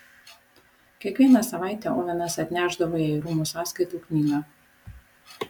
kiekvieną savaitę ovenas atnešdavo jai rūmų sąskaitų knygą